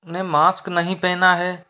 ने मास्क नहीं पहना है